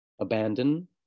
abandon